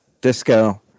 disco